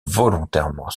volontairement